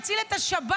יציל את שב"ס.